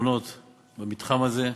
הפתרונות במתחם הזה,